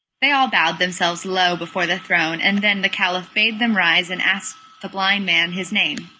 they all bowed themselves low before the throne and then the caliph bade them rise, and ask the blind man his name.